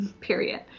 period